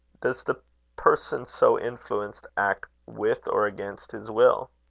does the person so influenced act with or against his will?